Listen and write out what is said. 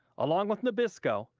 along with nabisco,